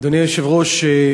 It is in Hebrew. אדוני היושב-ראש,